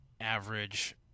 average